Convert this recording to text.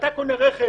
כשאתה קונה רכב